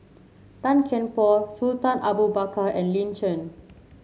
Tan Kian Por Sultan Abu Bakar and Lin Chen